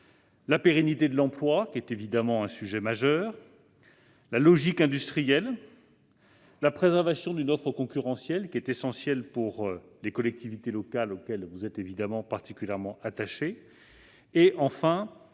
la pérennité de l'emploi- sujet évidemment majeur -, la logique industrielle, la préservation d'une offre concurrentielle, essentielle pour les collectivités locales auxquelles vous êtes particulièrement attachés, l'intérêt